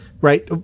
Right